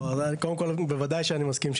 קודם כל, בוודאי שאני מסכים.